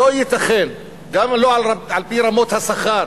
לא ייתכן, גם לא על-פי רמות השכר